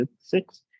six